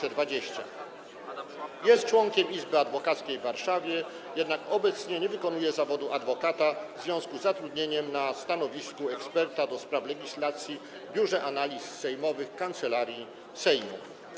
Jest członkiem Izby Adwokackiej w Warszawie, jednak obecnie nie wykonuje zawodu adwokata w związku z zatrudnieniem na stanowisku eksperta do spraw legislacji w Biurze Analiz Sejmowych Kancelarii Sejmu.